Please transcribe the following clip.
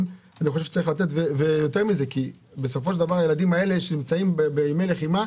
כמה עשרות-מיליונים שמתם שם.